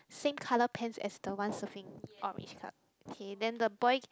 same colour pants as the one surfing orange colour K then the boy